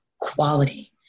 quality